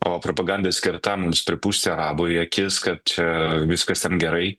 o propaganda skirta mums pripūsti arabų į akis kad čia viskas ten gerai